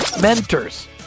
Mentors